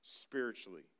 spiritually